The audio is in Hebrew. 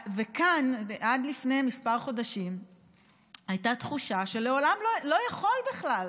וכאן עד לפני כמה חודשים הייתה תחושה שלעולם לא יכול בכלל